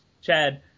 Chad